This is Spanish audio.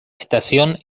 estación